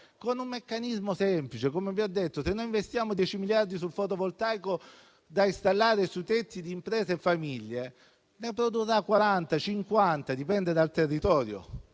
Con un meccanismo semplice, come vi ho detto. Se noi investiamo 10 miliardi sul fotovoltaico da installare su tetti delle imprese e delle case delle famiglie, ne produrremo 40-50, in base al territorio.